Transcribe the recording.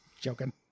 joking